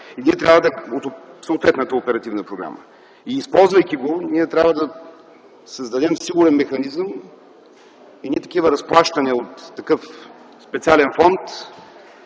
за възстановяване от съответната оперативна програма. Използвайки го, ние трябва да създадем сигурен механизъм такива разплащания от такъв специален фонд